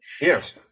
Yes